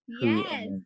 Yes